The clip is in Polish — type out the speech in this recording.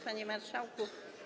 Panie Marszałku!